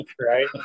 Right